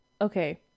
okay